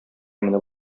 менеп